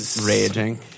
raging